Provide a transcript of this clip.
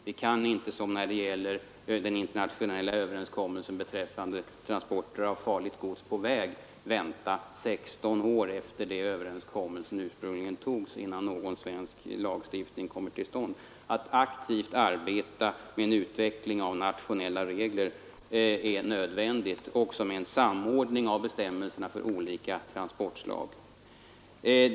Vi kan inte, som när det gäller den internationella överenskommelsen beträffande transporter av farligt gods på väg, vänta 16 år efter det att överenskommelsen ursprungligen träffades innan någon svensk lagstiftning kommer till stånd. Det är nödvändigt att aktivt arbeta med en utveckling av nationella regler och också med en samordning av bestämmelserna för olika transportslag.